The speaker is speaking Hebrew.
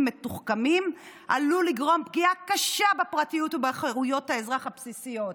מתוחכמים עלול לגרום פגיעה קשה בפרטיות ובחירויות האזרח הבסיסיות.